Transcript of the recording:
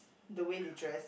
the way they dress